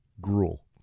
gruel